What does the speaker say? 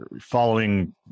following